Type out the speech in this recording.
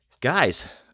Guys